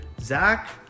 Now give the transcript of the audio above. Zach